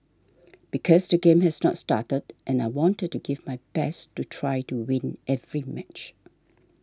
because the game has not started and I wanted to give my best to try to win every match